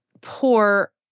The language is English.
poor